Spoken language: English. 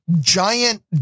giant